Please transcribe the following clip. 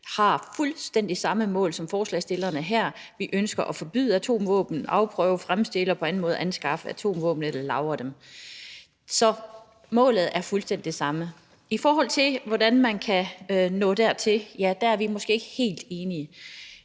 har fuldstændig samme mål som forespørgerne. Vi ønsker at forbyde atomvåben og forbyde at afprøve, fremstille eller på anden måde anskaffe sig eller lagre atomvåben. Så målet er fuldstændig det samme, men i forhold til hvordan man kan nå dertil, er vi måske ikke helt enige.